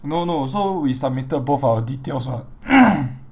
no no so we submitted both our details [what]